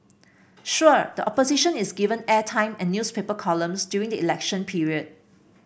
sure the Opposition is given airtime and newspaper columns during the election period